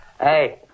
Hey